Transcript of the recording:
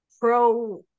Pro